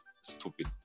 stupid